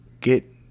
get